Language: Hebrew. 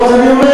לא, אז אני אומר.